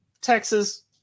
Texas